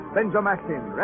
Benjamin